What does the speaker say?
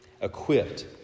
equipped